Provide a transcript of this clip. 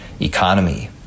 economy